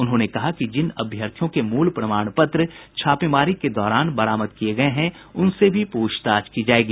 उन्होंने कहा कि जिन अभ्यर्थियों के मूल प्रमाण पत्र छापेमारी के दौरान बरामद किये गये हैं उनसे भी पूछताछ की जायेगी